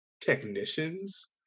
technicians